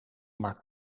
maar